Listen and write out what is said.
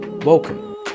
Welcome